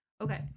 Okay